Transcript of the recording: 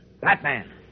Batman